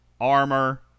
armor